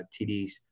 TDs